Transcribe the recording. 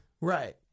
Right